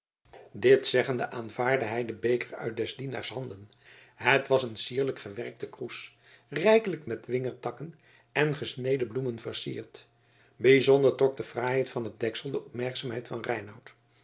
dit zeggende aanvaardde hij den beker uit des dienaars handen het was een sierlijk gewerkte kroes rijkelijk met wingertranken en gesneden bloemen versierd bijzonder trok de fraaiheid van het deksel de opmerkzaamheid van